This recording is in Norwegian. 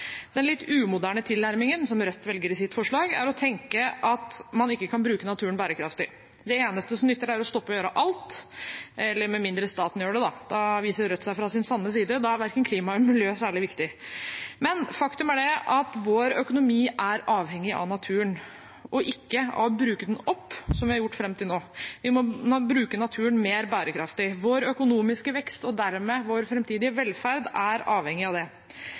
Den litt umoderne tilnærmingen som Rødt velger i sitt forslag, er å tenke at man ikke kan bruke naturen bærekraftig. Det eneste som nytter, er å stoppe å gjøre alt – med mindre staten gjør det, da. Da viser Rødt seg fra sin sanne side. Da er verken klima eller miljø særlig viktig. Faktum er at vår økonomi er avhengig av naturen, men ikke av å bruke den opp, som vi har gjort fram til nå. Vi må bruke naturen mer bærekraftig. Vår økonomiske vekst, og dermed vår framtidige velferd, er avhengig av det.